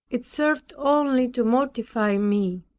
it served only to mortify me.